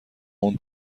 اون